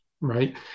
right